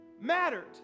mattered